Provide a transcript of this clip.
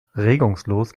regungslos